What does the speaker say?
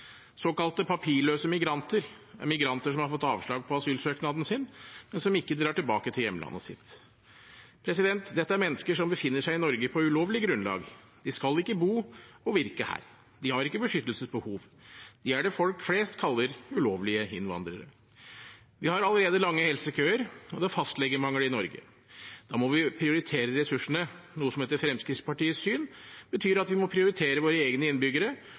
papirløse migranter er migranter som har fått avslag på asylsøknaden sin, men som ikke drar tilbake til hjemlandet sitt. Dette er mennesker som befinner seg i Norge på ulovlig grunnlag. De skal ikke bo og virke her. De har ikke beskyttelsesbehov. De er det folk flest kaller ulovlige innvandrere. Vi har allerede lange helsekøer, og det er fastlegemangel i Norge. Da må vi prioritere ressursene, noe som etter Fremskrittspartiets syn betyr at vi må prioritere våre egne innbyggere,